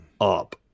up